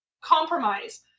compromise